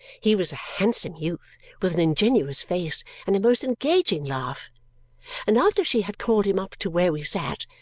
he was a handsome youth with an ingenuous face and a most engaging laugh and after she had called him up to where we sat,